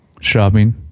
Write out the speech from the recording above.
shopping